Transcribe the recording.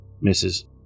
Misses